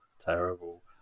terrible